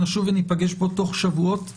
נשוב וניפגש פה לעניין תוך שבועות ספורים.